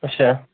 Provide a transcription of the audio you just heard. اچھا